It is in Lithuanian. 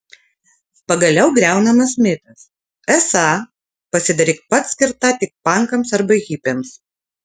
pagaliau griaunamas mitas esą pasidaryk pats skirta tik pankams arba hipiams